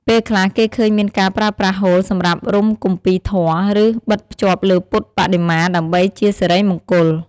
ពេលខ្លះគេឃើញមានការប្រើប្រាស់ហូលសម្រាប់រុំគម្ពីរធម៌ ឬបិទភ្ជាប់លើពុទ្ធបដិមា ដើម្បីជាសិរីមង្គល។